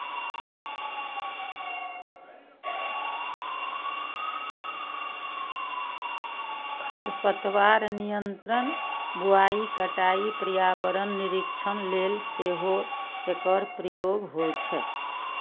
खरपतवार नियंत्रण, बुआइ, कटाइ, पर्यावरण निरीक्षण लेल सेहो एकर प्रयोग होइ छै